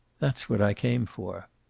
that's what i came for.